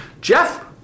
Jeff